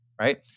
right